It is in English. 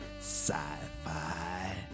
sci-fi